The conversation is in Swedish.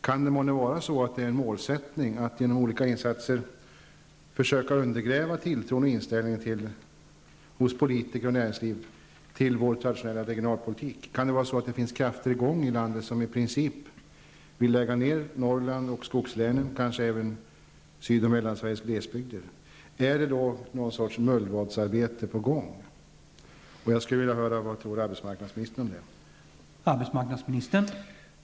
Kan det vara så att målsättningen är att genom olika insatser försöka undergräva tilltron hos politiker och näringsliv till vår traditionella regionalpolitik? Finns det krafter i gång i landet som i princip vill lägga ner Norrland, skogslänen och kanske även Syd och Mellansveriges glesbygder? Är det någon sorts mullvadsarbete på gång? Jag skulle vilja höra vad arbetsmarknadsministern tror om det?